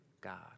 God